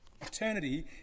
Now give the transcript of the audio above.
Eternity